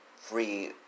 free